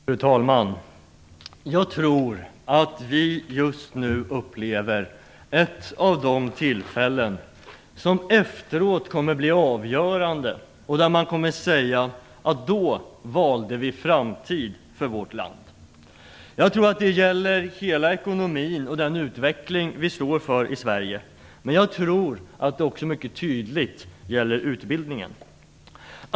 Fru talman! Jag tror att vi just nu upplever ett av de tillfällen som efteråt kommer att ses som avgörande och att man kommer att säga: Då valde vi framtid för vårt land. Det gäller hela ekonomin och den utveckling vi står för i Sverige, men det gäller också mycket tydligt utbildningen.